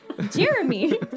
Jeremy